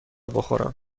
بخورم